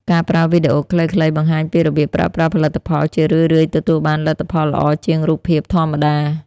ការប្រើវីដេអូខ្លីៗបង្ហាញពីរបៀបប្រើប្រាស់ផលិតផល ជារឿយៗទទួលបានលទ្ធផលល្អជាងរូបភាពធម្មតា។